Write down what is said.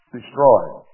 destroyed